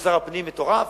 שר הפנים מטורף?